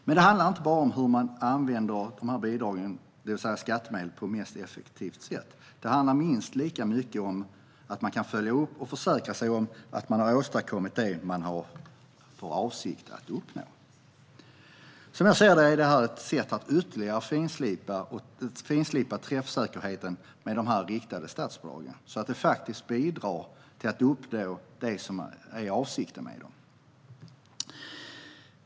Det handlar dock inte bara om hur man använder skattemedel på effektivast möjliga sätt. Det handlar minst lika mycket om att man kan följa upp och försäkra sig om att man har åstadkommit det som man hade för avsikt att uppnå. Som jag ser det är detta ett sätt att ytterligare finslipa träffsäkerheten med de riktade statsbidragen så att de faktiskt bidrar till att uppnå det som är avsikten med dem.